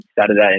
Saturday